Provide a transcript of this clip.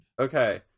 okay